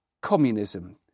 communism